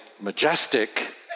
majestic